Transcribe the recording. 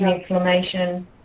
inflammation